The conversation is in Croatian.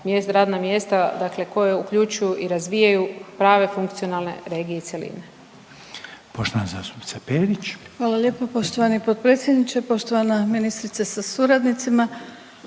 Radna mjesta, dakle koja uključuju i razvijaju prave funkcionalne regije i cjeline.